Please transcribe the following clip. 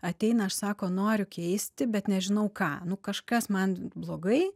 ateina aš sako noriu keisti bet nežinau ką nu kažkas man blogai